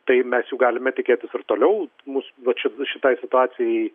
tai mes jau galime tikėtis ir toliau mus vat ši šitai situacijai